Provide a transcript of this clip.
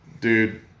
dude